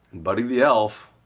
buddy the elf,